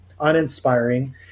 uninspiring